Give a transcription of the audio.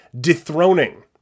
dethroning